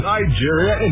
Nigeria